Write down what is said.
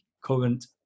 current